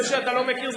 זה שאתה לא מכיר,